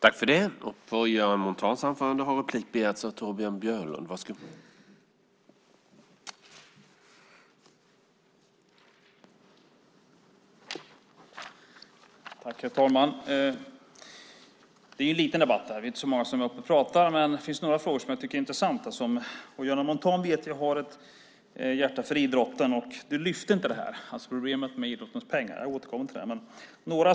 Herr talman! Detta är en liten debatt. Vi är inte så många som deltar i den. Men det finns några frågor som jag tycker är intressanta. Jag vet att Göran Montan har ett hjärta för idrotten, och han lyfte inte fram problemet med idrottens pengar. Jag återkommer till den.